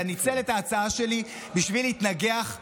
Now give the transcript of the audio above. אלא ניצל את ההצעה שלי בשביל להתנגח בי,